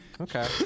Okay